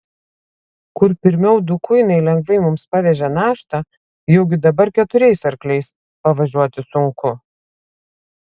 kur pirmiau du kuinai lengvai mums pavežė naštą jaugi dabar keturiais arkliais pavažiuoti sunku